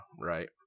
right